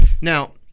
Now